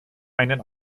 einen